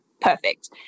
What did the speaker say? perfect